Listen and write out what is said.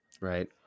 right